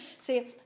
See